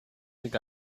think